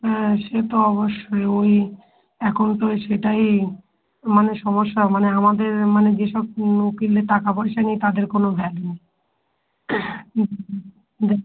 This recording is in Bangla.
হ্যাঁ সে তো অবশ্যই ওই এখন তো ও সেটাই মানে সমস্যা মানে আমাদের মানে যেসব উকিলের টাকা পয়সা নেই তাদের কোনো ভ্যালু নেই হুম হুম হুম